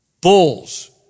bulls